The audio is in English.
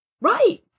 Right